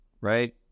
Right